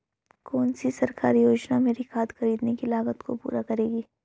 कौन सी सरकारी योजना मेरी खाद खरीदने की लागत को पूरा करेगी?